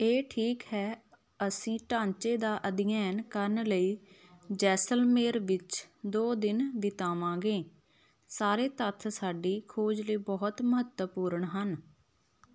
ਇਹ ਠੀਕ ਹੈ ਅਸੀਂ ਢਾਂਚੇ ਦਾ ਅਧਿਐਨ ਕਰਨ ਲਈ ਜੈਸਲਮੇਰ ਵਿੱਚ ਦੋ ਦਿਨ ਬਿਤਾਵਾਂਗੇ ਸਾਰੇ ਤੱਥ ਸਾਡੀ ਖੋਜ ਲਈ ਬਹੁਤ ਮਹੱਤਵਪੂਰਨ ਹਨ